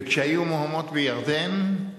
וכשהיו מהומות בירדן,